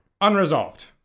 Unresolved